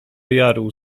jaru